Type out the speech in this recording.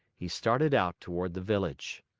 he started out toward the village.